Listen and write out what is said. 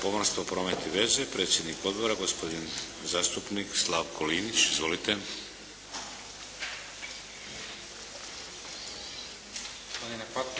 pomorstvo, promet i veze. Predsjednik Odbora gospodin zastupnik Slavko Linić. Izvolite.